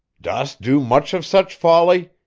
dost do much of such folly?